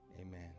Amen